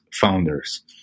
founders